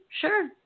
sure